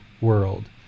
world